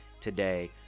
today